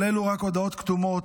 אבל אלו רק הודעות כתומות